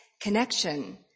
connection